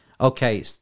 okay